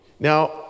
Now